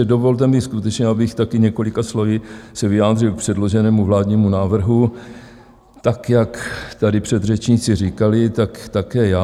Dovolte mi skutečně, abych se také několika slovy vyjádřil k předloženému vládnímu návrhu, tak jak tady předřečníci říkali, tak také já.